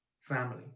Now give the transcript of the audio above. family